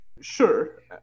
sure